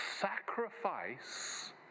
sacrifice